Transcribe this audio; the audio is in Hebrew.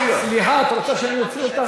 סליחה, את רוצה שאני אוציא אותך?